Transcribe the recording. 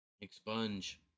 expunge